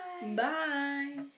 Bye